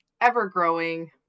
ever-growing